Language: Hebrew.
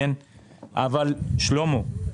אבל שלמה,